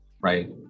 right